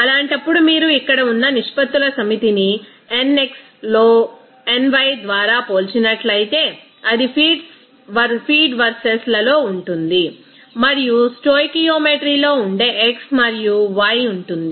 అలాంటప్పుడు మీరు ఇక్కడ ఉన్న నిష్పత్తుల సమితిని nx లో nyద్వారా పోల్చినట్లైతే అది ఫీడ్ వర్సెస్ లలో ఉంటుంది మరియు స్టోయికియోమెట్రీలో ఉండే x మరియు y ఉంటుంది